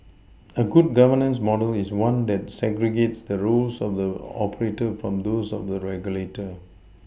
a good governance model is one that segregates the roles of the operator from those of the regulator